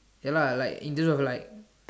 ya lah like in term of like